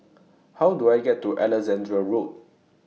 How Do I get to Alexandra Road